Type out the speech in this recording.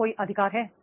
क्या कोई अधिकार है